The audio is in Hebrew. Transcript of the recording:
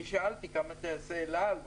אני שאלתי כמה טייסי אל על,